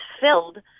filled